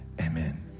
Amen